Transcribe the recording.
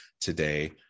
today